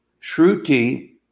Shruti